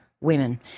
women